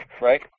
Right